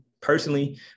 personally